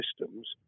systems